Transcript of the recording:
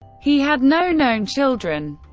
he had no known children.